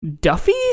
Duffy